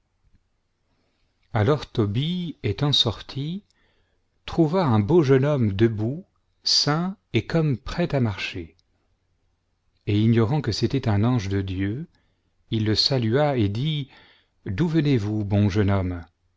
alors tobie étant sorti trouva un beau jeune homme debout ceint et comme prêt à marcher et ignorant que c'était un ange de dieu il le salua et dit d'où venezvous bon jeune homme